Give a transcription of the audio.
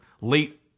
late